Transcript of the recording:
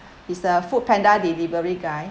it's the foodpanda delivery guy